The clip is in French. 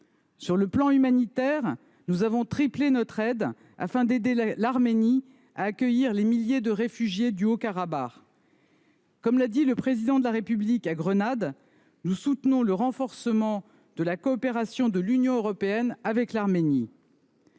En parallèle, nous avons triplé notre aide humanitaire, afin d’aider l’Arménie à accueillir les milliers de réfugiés du Haut-Karabagh. Comme l’a dit le Président de la République à Grenade, nous soutenons le renforcement de la coopération de l’Union européenne avec l’Arménie.